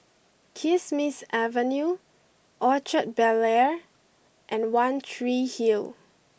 Kismis Avenue Orchard Bel Air and One Tree Hill